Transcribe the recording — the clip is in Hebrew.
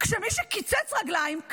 כשמי שקיצץ רגליים,